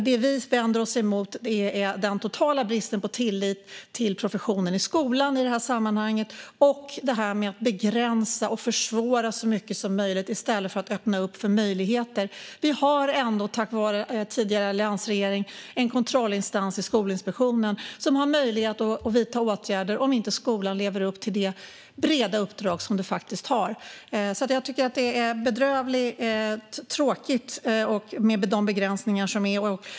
Det vi vänder oss emot är den totala bristen på tillit till professionen i skolan - i detta sammanhang - samt det här med att begränsa och försvåra så mycket som möjligt i stället för att öppna upp möjligheter. Vi har ändå, tack vare den tidigare alliansregeringen, i Skolinspektionen en kontrollinstans som har möjlighet att vidta åtgärder om inte skolan lever upp till det breda uppdrag som den faktiskt har. Jag tycker att det är bedrövligt tråkigt med de begränsningar som finns.